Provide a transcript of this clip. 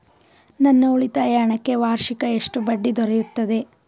ನನ್ನ ಉಳಿತಾಯ ಹಣಕ್ಕೆ ವಾರ್ಷಿಕ ಎಷ್ಟು ಬಡ್ಡಿ ದೊರೆಯುತ್ತದೆ?